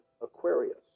Aquarius